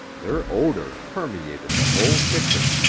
their odor permeated the whole kitchen.